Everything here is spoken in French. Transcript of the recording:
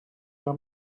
jean